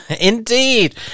indeed